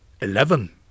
Eleven